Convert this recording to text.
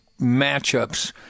matchups